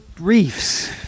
reefs